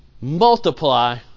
multiply